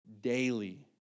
daily